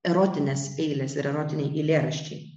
erotinės eilės ir erotiniai eilėraščiai